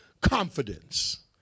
confidence